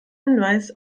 hinweis